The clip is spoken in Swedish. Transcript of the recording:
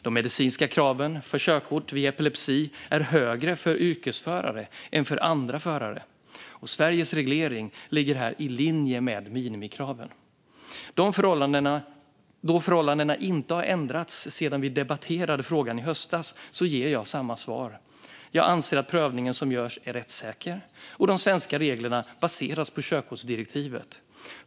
De medicinska kraven för körkort vid epilepsi är högre för yrkesförare än för andra förare. Sveriges reglering ligger här i linje med minimikraven. Då förhållandena inte har ändrats sedan vi debatterade frågan i höstas ger jag samma svar. Jag anser att prövningen som görs är rättssäker. De svenska reglerna baseras på körkortsdirektivet.